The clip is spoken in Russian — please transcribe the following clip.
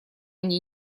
они